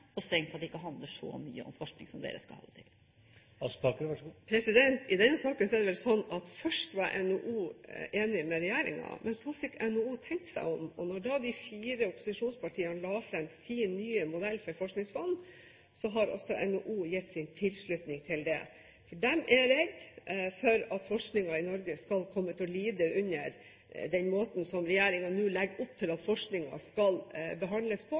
og strengt tatt ikke handler så mye om forskning som Høyre vil ha det til? I denne saken er det vel slik at først var NHO enig med regjeringen, men så fikk NHO tenkt seg om. Når da de fire opposisjonspartiene la fram sin nye modell for forskningsfond, har også NHO gitt sin tilslutning til det. De er redde for at forskningen i Norge skal komme til å lide under den måten som regjeringen nå legger opp til at forskningen skal behandles på.